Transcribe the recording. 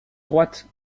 droite